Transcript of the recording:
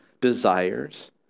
desires